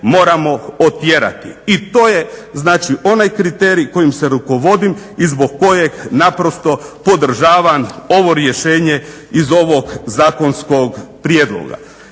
moramo otjerati. I to je znači onaj kriterij kojim se rukovodim i zbog kojeg naprosto podržavam ovo rješenje iz ovog zakonskog prijedloga.